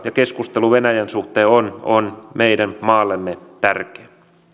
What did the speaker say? ja keskustelu venäjän suhteen on on meidän maallemme tärkeää